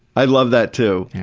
i love that too.